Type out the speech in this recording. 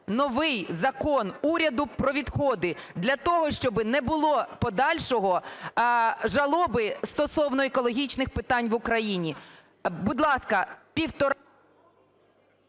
новий Закон уряду "Про відходи", для того щоб не було подальшої жалоби стосовно екологічних питань в Україні? Будь ласка… ГОЛОВУЮЧИЙ.